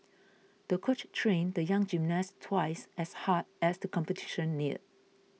the coach trained the young gymnast twice as hard as the competition neared